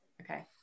Okay